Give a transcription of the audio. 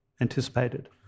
anticipated